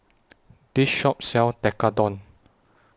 This Shop sells Tekkadon